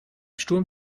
sturm